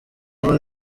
aba